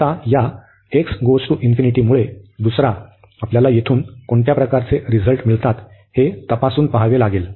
आता या x → ∞मुळे दुसरा आपल्याला येथून कोणत्या प्रकारचे रिझल्ट मिळतात हे तपासून पहावे लागेल